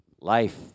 Life